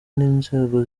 n’inzego